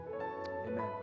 Amen